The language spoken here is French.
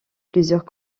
plusieurs